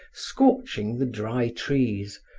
scorching the dry trees,